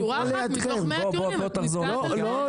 שורה אחת מתוך 100 טיעונים, את נתקעת על זה.